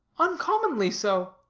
uncommonly so,